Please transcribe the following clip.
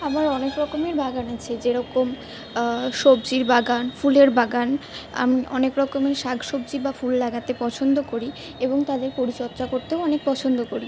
আমার অনেক রকমের বাগান আছে যেরকম সবজির বাগান ফুলের বাগান আমি অনেক রকমের শাক সবজি বা ফুল লাগাতে পছন্দ করি এবং তাদের পরিচর্যা করতেও অনেক পছন্দ করি